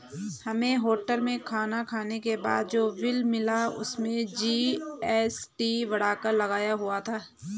हमें होटल में खाना खाने के बाद जो बिल मिला उसमें जी.एस.टी बढ़ाकर लगाया हुआ था